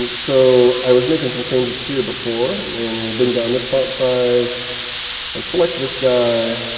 so i was making some changes here before. and then, we'll bring down this font size and select this guy.